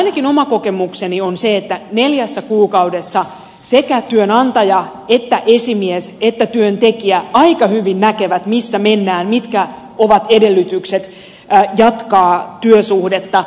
ainakin oma kokemukseni on se että neljässä kuukaudessa sekä työnantaja että esimies että työntekijä aika hyvin näkevät missä mennään mitkä ovat edellytykset jatkaa työsuhdetta